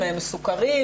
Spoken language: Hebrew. הם מסוקרים,